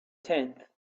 tenth